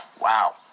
Wow